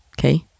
okay